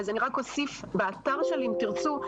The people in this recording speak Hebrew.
באתר של "אם תרצו"